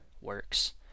works